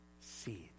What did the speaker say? seeds